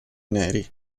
neri